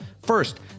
First